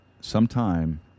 sometime